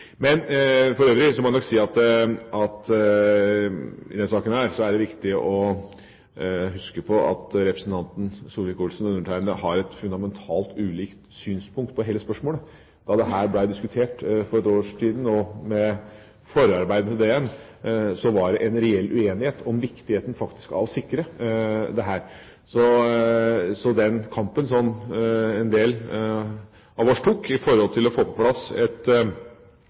For øvrig må jeg nok si at i denne saken er det viktig å huske på at representanten Solvik-Olsen og undertegnede har et fundamentalt ulikt synspunkt på hele spørsmålet. Da dette ble diskutert for et år siden, og med forarbeidet til det igjen, var det en reell uenighet om viktigheten faktisk av å sikre dette. Den kampen som en del av oss tok for å få på plass